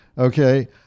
Okay